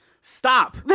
Stop